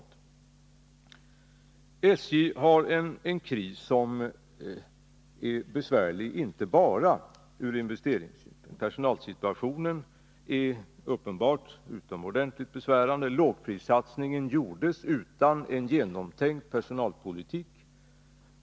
SJ är i en kris, inte bara ur investeringssynpunkt. Personalsituationen är också utomordentligt besvärande. Lågprissatsningen genomfördes utan en genomtänkt personalpolitik.